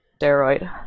steroid